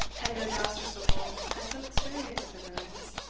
and though dousterswivel had some experience of the ruins,